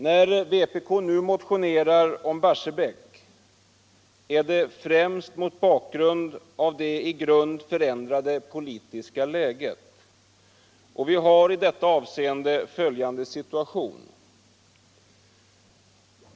När vpk nu motionerar om Barscbäck är det frimst mot bakgrund av det i grund förändrade politiska läget. Vi har i detta avseende följande situation.